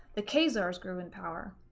the khazars grew in power,